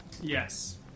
Yes